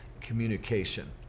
communication